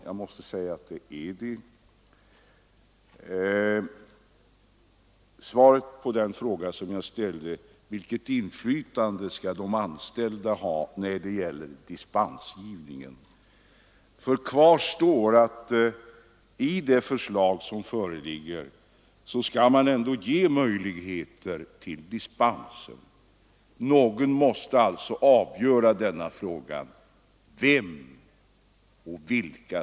Jag måste säga att förslaget har den innebörden! Jag frågade vilket inflytande de anställda skall ha när det gäller dispensgivningen. Kvar står att man enligt det föreliggande förslaget ändå skall ge möjligheter till dispenser. Någon Nr 77 måste alltså avgöra den frågan. Vem skall göra det?